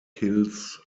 kills